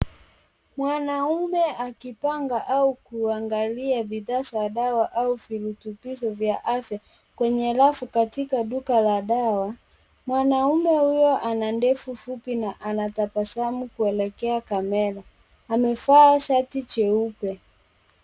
Mwanaume akipanga, au kuangalia bidhaa za dawa au virutubisho vya afya kwenye rafu, katika duka la dawa. Mwanaume huyo ana ndevu fupi, na anatabasamu kuelekea camera, amevaa shati jeupe.